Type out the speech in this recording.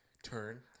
Turn